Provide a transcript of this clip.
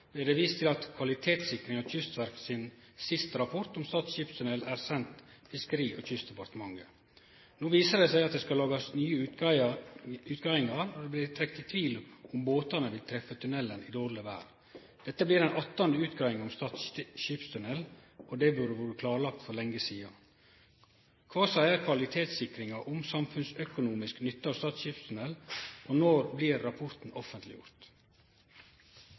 er send Fiskeri- og kystdepartementet. No viser det seg at det skal lagast nye utgreiingar, og det blir trekt i tvil om båtane vil treffe tunnelen i dårleg vêr. Dette blir den 18. utgreiinga om Stad skipstunnel, og dette burde vore klarlagt for lenge sidan. Kva seier kvalitetssikringa om samfunnsøkonomisk nytte av Stad skipstunnel, og når blir rapporten